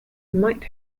might